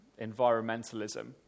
environmentalism